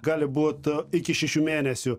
gali būt iki šešių mėnesių